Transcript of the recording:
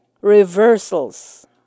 Reversals